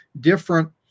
different